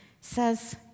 says